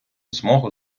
змогу